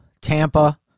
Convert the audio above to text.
Tampa